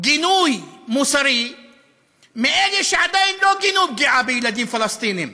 גינוי מוסרי מאלה שעדיין לא גינו פגיעה בילדים פלסטינים.